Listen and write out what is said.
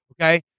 okay